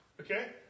Okay